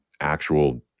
actual